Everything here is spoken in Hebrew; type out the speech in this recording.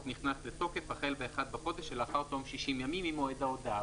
נכנס לתוקף החל ב-1 בחודש שלאחר תום 60 ימים ממועד ההודעה.